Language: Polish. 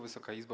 Wysoka Izbo!